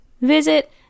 visit